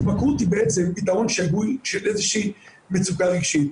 התמכרות היא בעצם פתרון שגוי של איזו שהיא מצוקה רגשית,